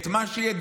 את מה שיהיה,